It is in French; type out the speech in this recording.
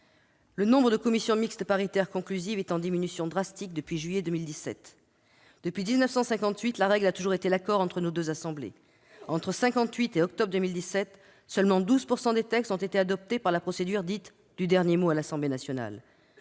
Le nombre de commissions mixtes paritaires conclusives est en diminution drastique depuis juillet 2017. Depuis 1958, la règle a toujours été l'accord entre nos deux assemblées. Entre 1958 et octobre 2017, seulement 12 % des textes ont été adoptés par la procédure dite du « dernier mot » à l'Assemblée nationale.